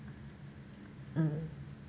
mm